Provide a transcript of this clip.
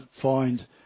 find